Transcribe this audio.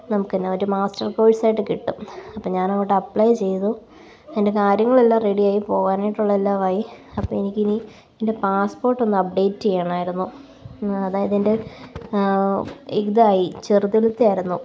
നമുക്ക് തന്നെ ഒരു മാസ്റ്റെര് കോഴ്സായിട്ട് കിട്ടും അപ്പം ഞാനങ്ങോട്ട് അപ്ലൈ ചെയ്തു എന്റെ കാര്യങ്ങളെല്ലാം റെഡിയായി പോകാനായിട്ടുള്ള എല്ലാം ആയി അപ്പം എനിക്കിനി എൻ്റെ പാസ്പോര്ട്ടൊന്ന് അപ്ഡേറ്റ് ചെയ്യണമായിരുന്നു അതായത് എന്റെ ഇതായി ചെറുതിലത്തെയായിരുന്നു